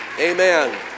amen